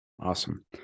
Awesome